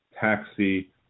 taxi